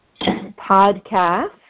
podcast